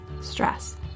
stress